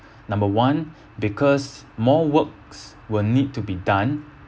number one because more works will need to be done